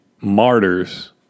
martyrs